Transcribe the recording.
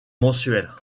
mensuelle